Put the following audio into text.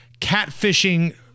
catfishing